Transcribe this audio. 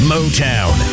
Motown